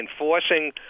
enforcing